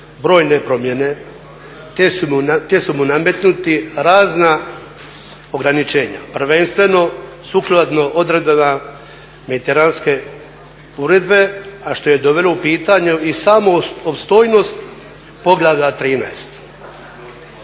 brojne promjene te su mu nametnuta razna ograničenja. Prvenstveno sukladno odredbama mediteranske plovidbe, a što je dovelo u pitanje i samu opstojnost Poglavlja 13.